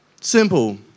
Simple